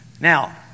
Now